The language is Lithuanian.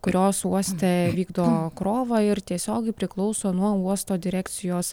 kurios uoste vykdo krovą ir tiesiogiai priklauso nuo uosto direkcijos